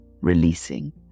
Releasing